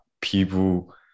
people